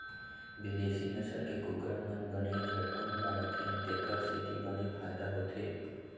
बिदेसी नसल के कुकरा मन बने झटकुन बाढ़थें तेकर सेती बने फायदा होथे